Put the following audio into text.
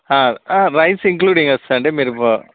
rice including వస్తుందండి మీరు వ